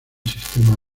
sistema